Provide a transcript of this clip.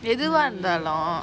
எதுவா இருந்தாலும்:ethuva irunthaalum